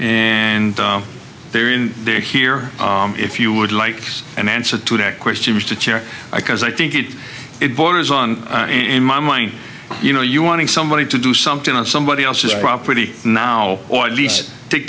and they're in they're here if you would like an answer to that question was the chair i cause i think it it borders on in my mind you know you wanted somebody to do something on somebody else's property now or at least take